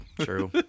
True